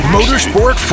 Motorsport